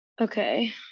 Okay